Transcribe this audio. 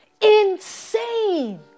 Insane